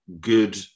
good